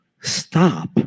stop